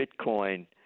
Bitcoin